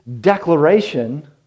declaration